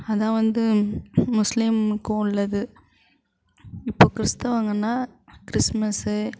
அதை வந்து முஸ்லீம்க்கும் உள்ளது இப்போ கிறிஸ்துவங்கன்னால் கிறிஸ்மஸ்